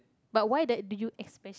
but why the do you